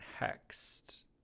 hexed